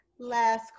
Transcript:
last